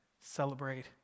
celebrate